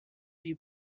bush